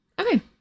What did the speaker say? Okay